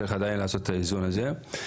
צריך עדיין לעשות את האיזון הזה.